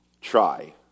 Try